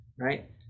right